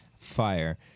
Fire